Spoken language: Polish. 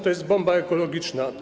To jest bomba ekologiczna.